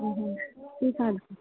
ହୁଁ ହୁଁ